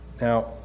Now